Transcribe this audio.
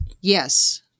Yes